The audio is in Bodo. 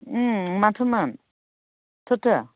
उम माथोमोन सोरथो